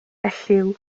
elliw